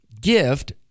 gift